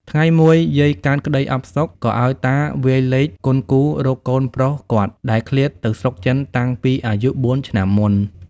ថ្ងៃមួយ យាយកើតក្ដីអផ្សុក ក៏ឲ្យតាវាយលេខគន់គូររកកូនប្រុសគាត់ ដែលឃ្លាតទៅស្រុកចិនតាំងពីអាយុបួនឆ្នាំមុន ។